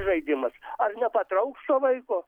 žaidimas ar nepatrauks to vaiko